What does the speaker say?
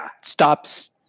Stops